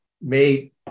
made